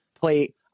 play